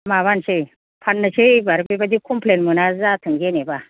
माबानोसै फान्नोसै एबार बेबादि कमप्लेन मोना जाथों जेनेबा